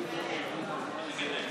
התשפ"ב 2022,